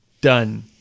done